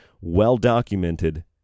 well-documented